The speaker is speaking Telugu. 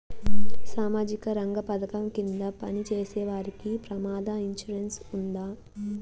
సామాజిక రంగ పథకం కింద పని చేసేవారికి ప్రమాద ఇన్సూరెన్సు ఉందా?